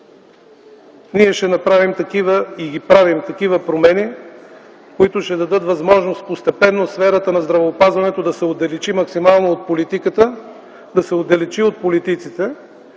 Ние ще направим и правим такива промени, които ще дадат възможност постепенно сферата на здравеопазването да се отдалечи максимално от политиката, да се отдалечи от политиците.